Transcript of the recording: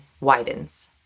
widens